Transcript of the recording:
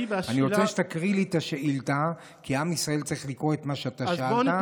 אני רוצה שתקרא לי את השאילתה כי עם ישראל צריך לקרוא את מה שאתה שאלת.